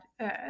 Earth